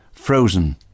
Frozen